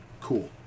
Cool